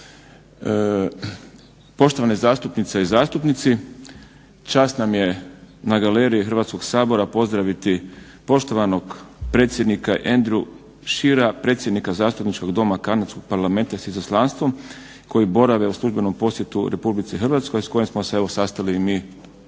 Poštovane zastupnice i zastupnici, čast nam je na galeriji Hrvatskog sabora pozdraviti poštovanog predsjednika Andrew Scheera, predsjednika Zastupničkog doma Kanadskog parlamenta s izaslanstvom koji borave u službenom posjetu Republici Hrvatskoj s kojim smo se evo sastali i mi